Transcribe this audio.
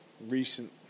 recent